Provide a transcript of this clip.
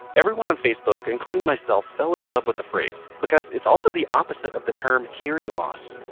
everyone on facebook including myself fell in love with the phrase because it's also the opposite of the term hearing loss.